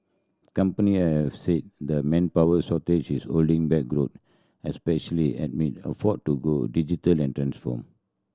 company have said the manpower shortage is holding back growth especially amid effort to go digital and transform